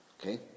Okay